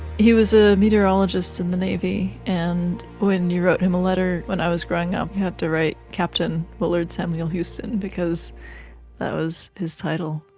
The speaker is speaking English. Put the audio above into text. he was a meteorologist in the navy, and when you wrote him a letter when i was growing up you had to write captain willard samuel houston because that was his title.